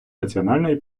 національної